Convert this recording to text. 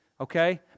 okay